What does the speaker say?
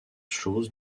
choses